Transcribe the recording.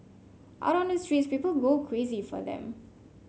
out on the streets people go crazy for them